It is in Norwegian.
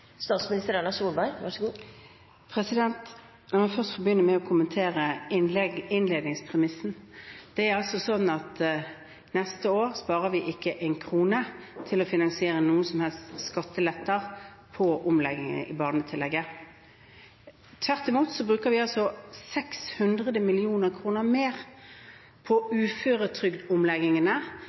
La meg begynne med å kommentere innledningspremissen: Det er altså slik at neste år sparer vi ikke én krone til å finansiere noen som helst skatteletter ved omleggingen av barnetillegget. Tvert imot så bruker vi 600 mill. kr mer på uføretrygdomleggingene,